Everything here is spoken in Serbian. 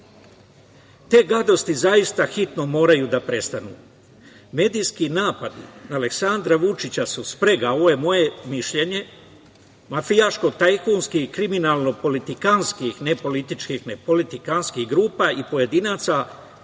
gadosti zaista hitno moraju da prestanu. Medijski napadi na Aleksandra Vučića su sprega, ovo je moje mišljenje, mafijaško-tajkunskih i kriminalno-politikanskih, ne političkih, nego politikanskih grupa i pojedinaca,